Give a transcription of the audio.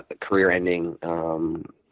career-ending